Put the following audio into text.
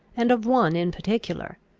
and of one in particular,